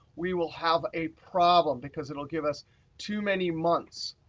we will have a problem, because it will give us too many months.